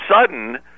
sudden